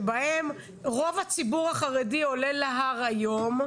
שבהם רוב הציבור החרדי שעולה להר היום,